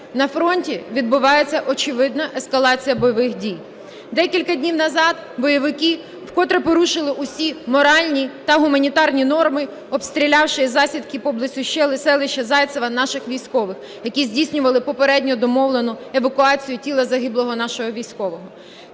На фронті відбувається очевидна ескалація бойових дій. Декілька днів назад бойовики вкотре порушили усі моральні та гуманітарні норми, обстрілявши із засідки поблизу селища Зайцеве наших військових, які здійснювали попередньо домовлену евакуацію тіла загиблого нашого військового.